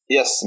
Yes